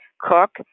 cook